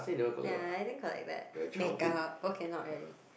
ya I didn't collect that makeup all cannot already